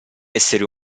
essere